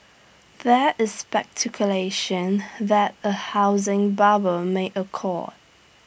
there is speculation that A housing bubble may occur